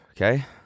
Okay